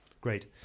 Great